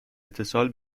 اتصال